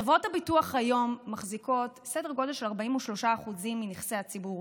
חברות הביטוח היום מחזיקות סדר גודל של 43% מנכסי הציבור,